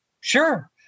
Sure